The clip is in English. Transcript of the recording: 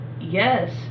Yes